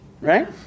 right